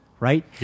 Right